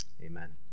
amen